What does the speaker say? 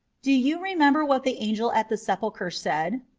do you remember what the angel at the sepulchre said?